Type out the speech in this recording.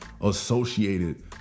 associated